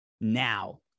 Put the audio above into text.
now